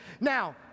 Now